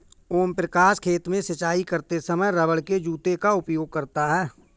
ओम प्रकाश खेत में सिंचाई करते समय रबड़ के जूते का उपयोग करता है